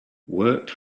worked